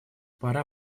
пора